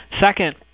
Second